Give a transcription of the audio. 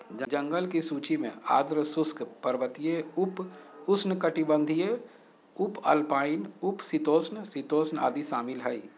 जंगल की सूची में आर्द्र शुष्क, पर्वतीय, उप उष्णकटिबंधीय, उपअल्पाइन, उप शीतोष्ण, शीतोष्ण आदि शामिल हइ